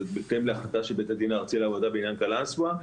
זה בהתאם להחלטה של בית הדין הארצי לעבודה בעניין קלנסואה,